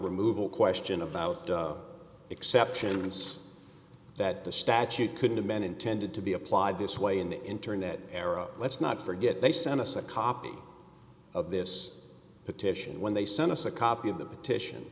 removal question about exception it's that the statute couldn't have been intended to be applied this way in the internet era let's not forget they sent us a copy of this petition when they sent us a copy of the petition